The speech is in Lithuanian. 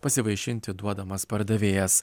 pasivaišinti duodamas pardavėjas